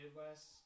Midwest